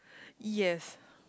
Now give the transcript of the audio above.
yes